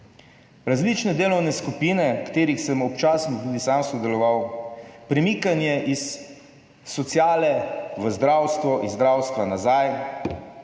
različne delovne skupine, v katerih sem občasno tudi sam sodeloval, premikanje iz sociale v zdravstvo, iz zdravstva nazaj